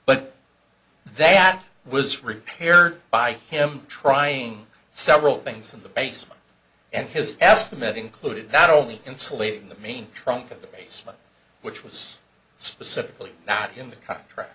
but that was repaired by him trying several things in the basement and his estimate included not only insulating the main trunk of the basement which was specifically not in the contract